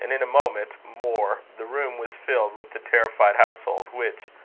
and in a moment more the room was filled with the terrified household, which,